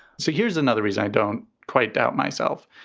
so here's another is i don't quite doubt myself.